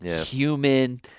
human